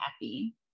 happy